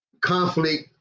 conflict